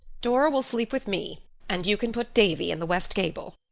dora will sleep with me and you can put davy in the west gable.